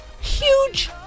Huge